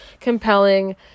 compelling